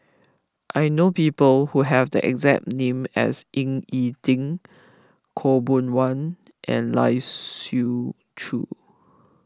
I know people who have the exact name as Ying E Ding Khaw Boon Wan and Lai Siu Chiu